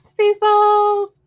Spaceballs